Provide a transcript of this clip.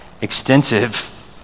extensive